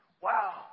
Wow